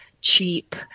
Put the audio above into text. cheap